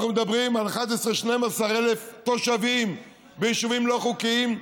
אנחנו מדברים על 11,00012,000 תושבים ביישובים לא חוקיים,